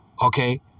Okay